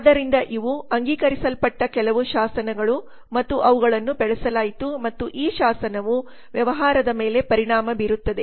ಆದ್ದರಿಂದ ಇವು ಅಂಗೀಕರಿಸಲ್ಪಟ್ಟ ಕೆಲವು ಶಾಸನಗಳು ಮತ್ತು ಅವುಗಳನ್ನು ಬೆಳೆಸಲಾಯಿತು ಮತ್ತು ಈ ಶಾಸನವು ವ್ಯವಹಾರದ ಮೇಲೆ ಪರಿಣಾಮ ಬೀರುತ್ತದೆ